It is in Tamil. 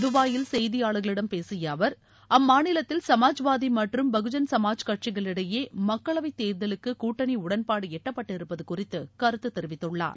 துபாயில் செய்தியாளர்களிடம் பேசிய அவர் அம்மாநிலத்தில் சமாஜ்வாதி மற்றும் பகுஜன் சமாஜ் கட்சிகளிடையே மக்களைவத் தேர்தலுக்கு கூட்டணி உடன்பாடு எட்டப்பட்டிருப்பது குறித்து கருத்து தெரிவித்துள்ளார்